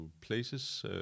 places